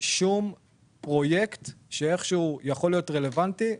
שום פרויקט שאיך שהוא יכול להיות רלוונטי.